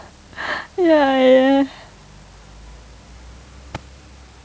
ya ya